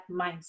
mindset